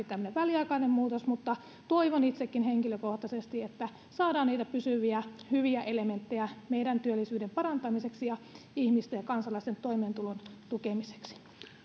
tämmöinen väliaikainen muutos mutta toivon itsekin henkilökohtaisesti että saadaan niitä pysyviä hyviä elementtejä meidän työllisyyden parantamiseksi ja ihmisten ja kansalaisten toimeentulon tukemiseksi